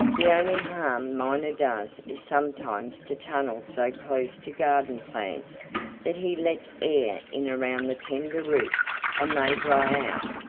the only harm miner does is sometimes to tunnel so close to garden plants that he lets air in around the tender roots and they dry out,